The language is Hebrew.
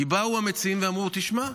כי באו המציעים ואמרו: תשמע,